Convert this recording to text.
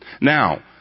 Now